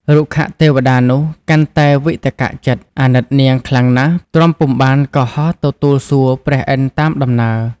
រុក្ខទេវតានោះកាន់តែវិតក្កចិត្ដ អាណិតនាង ខ្លាំងណាស់ ទ្រាំពុំបានក៏ហោះទៅទូលសួរព្រះឥន្ធតាមដំណើរ។